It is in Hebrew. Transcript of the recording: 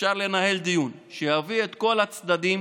אפשר לנהל דיון שיביא את כל הצדדים